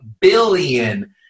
billion